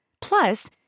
Plus